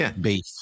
beef